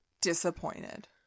Disappointed